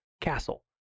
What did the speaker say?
castle